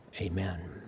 amen